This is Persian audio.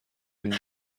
این